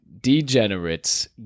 degenerates